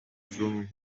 rhwng